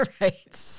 right